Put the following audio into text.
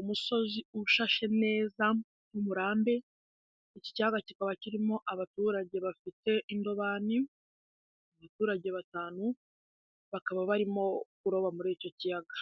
umusozi ushashe neza w'umurambi. Iki kiyaga kikaba kirimo abaturage bafite indobani, abaturage batanu bakaba barimo kuroba muri icyo kiyaga.